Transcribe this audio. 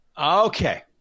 Okay